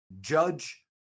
judge